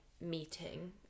meeting